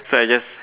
so I just